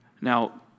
Now